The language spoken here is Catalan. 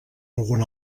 algun